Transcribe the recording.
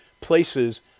places